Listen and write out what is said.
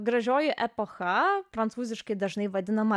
gražioji epocha prancūziškai dažnai vadinama